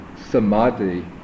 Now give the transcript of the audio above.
samadhi